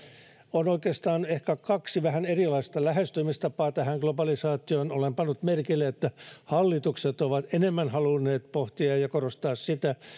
on oikeastaan ehkä kaksi vähän erilaista lähestymistapaa globalisaatioon olen pannut merkille että hallitukset ovat enemmän halunneet pohtia ja ja korostaa sitä